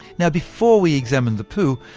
now, before we examine the poo,